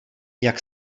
jak